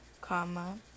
comma